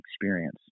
experience